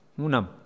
Munam